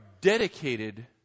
dedicated